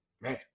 Man